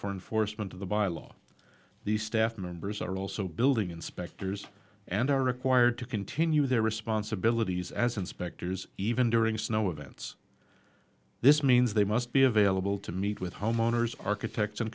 for enforcement of the by law the staff members are also building inspectors and are required to continue their responsibilities as inspectors even during snow events this means they must be available to meet with homeowners architects and